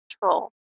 control